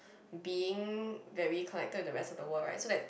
being very connected to the rest of the world right so that